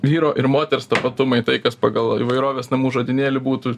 vyro ir moters tapatumai tai kas pagal įvairovės namų žodynėlį būtų